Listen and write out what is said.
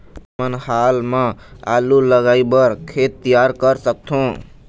हमन हाल मा आलू लगाइ बर खेत तियार कर सकथों?